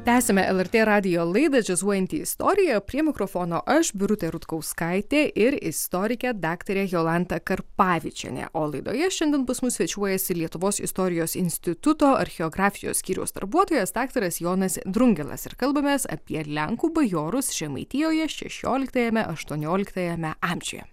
tęsiame lrt radijo laidą džiazuojanti istorija o prie mikrofono aš birutė rutkauskaitė ir istorikė daktarė jolanta karpavičienė o laidoje šiandien pas mus svečiuojasi lietuvos istorijos instituto archeografijos skyriaus darbuotojas daktaras jonas drungilas ir kalbamės apie lenkų bajorus žemaitijoje šešioliktajame aštuoniolitajame amžiuje